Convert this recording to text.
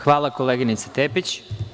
Hvala, koleginice Tepić.